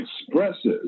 expresses